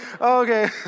Okay